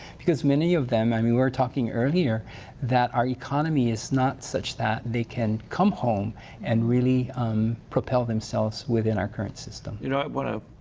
because many of them, i mean, we're talking earlier that our economy is not such that they can come home and really um propel themselves within our current system. you know daryl but ah